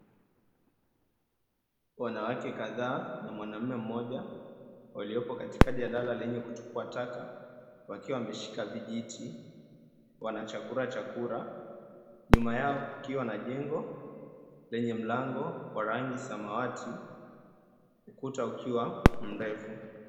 Wanawake kadhaa na mwanaume mmoja walioko katika jalala lenye kutupwa taka wakiwa wameshika vijiti wanachakurachakura Nyuma yao, kukiwa na jengo lenye mlango wa rangi samawati, ukuta ukiwa mrefu.